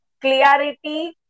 clarity